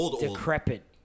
decrepit